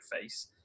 face